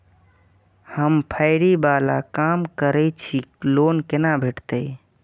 हम फैरी बाला काम करै छी लोन कैना भेटते?